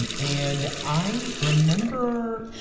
and and i remember.